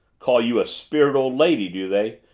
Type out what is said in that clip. call you a spirited old lady, do they?